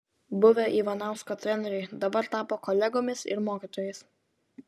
buvę ivanausko treneriai dabar tapo kolegomis ir mokytojais